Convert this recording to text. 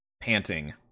panting